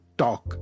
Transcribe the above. talk